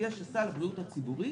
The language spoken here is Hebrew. שסל הבריאות הציבורי